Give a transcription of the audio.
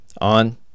on